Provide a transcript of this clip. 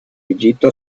egitto